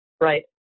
Right